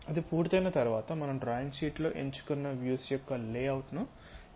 అది పూర్తయిన తర్వాత మనం డ్రాయింగ్ షీట్లో ఎంచుకున్న వ్యూస్ యొక్క లేఅవుట్ ను ఎంచుకోవాలి